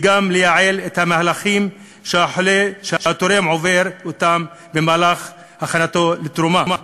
וגם לייעל את המהלכים שהתורם עובר במהלך הכנתו לתרומה.